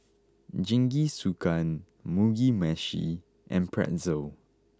Jingisukan Mugi meshi and Pretzel